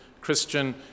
Christian